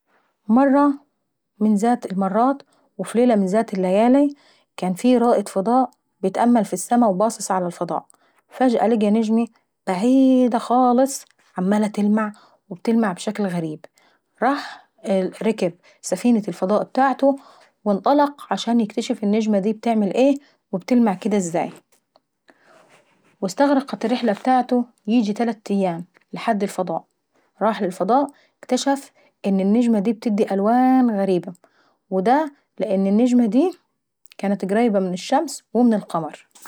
مرة من ذات المرات وف ليلة من ذات الليالي رائد فضاء كان بيتأمل ف السما وباصص ع الفضاء. فجأة لقي نجمي بعيييدة خالص وعمالة تلمع وتلمع بشكل غريب. راح ركب سفينا لفضاء ابتاعته وانطلق عشان يشوف النجمة داي بتعمل ايه وبتلمع كدا ازاي واستغرقت الرحلة ابتاعته ييجي تلات ايام لحد الفضاء. وراح للفضاء واكتشف ان النجمة داي بتدي الوان غريبة، ودا لأن النجمة داي قريبة من الشمش ومن القمر.